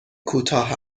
کوتاه